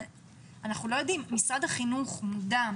ואנחנו לא יודעים אם משרד החינוך מודע,